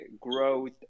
growth